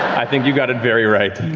i think you got it very right.